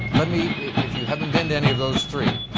let me if you haven't been to any of those three,